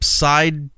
side